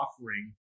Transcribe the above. offering